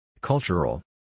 Cultural